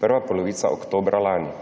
prva polovica oktobra lani.